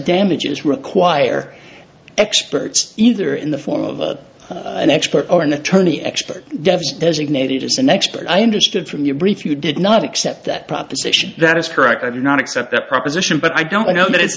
damages require experts either in the form of an expert or an attorney expert designated as an expert i understood from your brief you did not accept that proposition that is correct i do not accept the proposition but i don't know that it's